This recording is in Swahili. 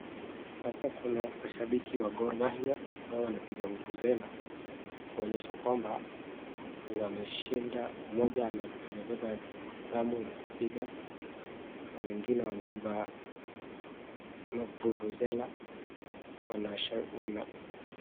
Hapa kuna washabiki wa Gor mahia ambao wanapiga vuvuzela kuonyesha kwamba wameshinda. Mmoja amebeba drum ya kupiga na wengine wamebeba vuvuzela wana.